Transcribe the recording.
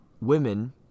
women